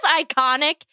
iconic